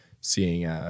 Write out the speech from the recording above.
seeing